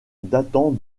datant